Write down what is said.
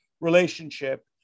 relationship